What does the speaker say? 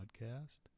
podcast